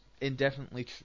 indefinitely